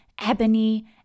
Ebony